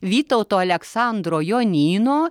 vytauto aleksandro jonyno